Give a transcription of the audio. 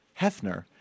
Hefner